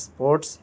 sports